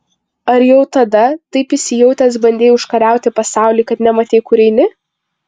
ar jau tada taip įsijautęs bandei užkariauti pasaulį kad nematei kur eini